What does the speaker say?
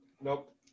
Nope